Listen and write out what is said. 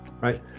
right